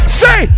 say